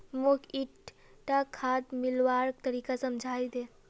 मौक ईटा खाद मिलव्वार तरीका समझाइ दे